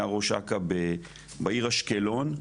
היה ראש אכ"א בעיר אשקלון,